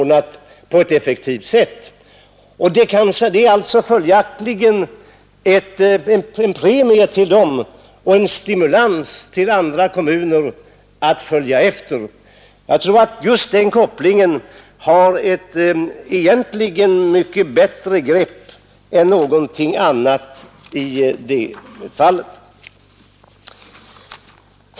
Det är en premie till de kommunerna och en stimulans till andra kommuner att göra likadant. Just den kopplingen tror jag är det bästa greppet i det fallet.